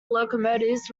locomotives